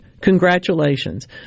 Congratulations